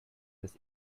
this